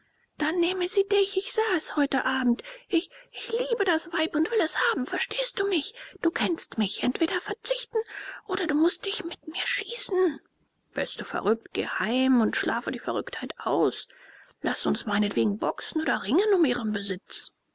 dann nähme sie dich ich sah es heute abend ich ich liebe das weib und will es haben verstehst du mich du kennst mich entweder verzichten oder du mußt dich mit mir schießen bist du verrückt geh heim und schlafe die verrücktheit aus laßt uns meinetwegen boxen oder ringen um ihren besitz